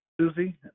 Susie